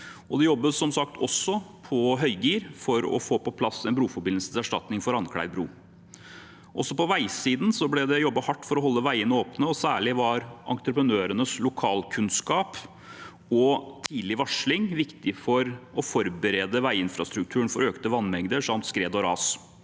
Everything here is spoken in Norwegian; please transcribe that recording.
som sagt også på høygir for å få på plass en bruforbindelse til erstatning for Randklev bru. Også på veisiden ble det jobbet hardt for å holde veiene åpne, og særlig var entreprenørenes lokalkunnskap og tidlig varsling viktig for å forberede veiinfrastrukturen for økte vannmengder samt skred og ras.